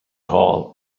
hall